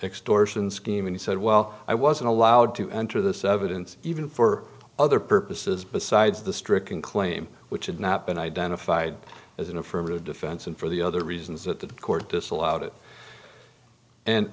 extortion scheme and he said well i wasn't allowed to enter this evidence even for other purposes besides the stricken claim which had not been identified as an affirmative defense and for the other reasons that the court disallowed it and